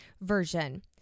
Version